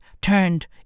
turned